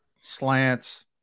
slants